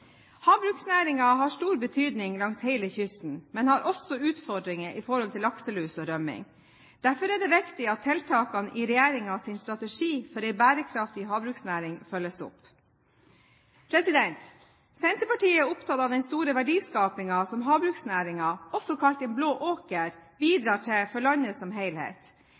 Havbruksnæringen har stor betydning langs hele kysten, men har også utfordringer i forhold til lakselus og rømming. Derfor er det viktig at tiltakene i regjeringens strategi for en bærekraftig havbruksnæring følges opp. Senterpartiet er opptatt av den store verdiskapingen som havbruksnæringen, også kalt den blå åker, bidrar til for landet som helhet.